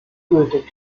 gültig